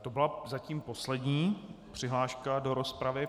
To byla zatím poslední přihláška do rozpravy.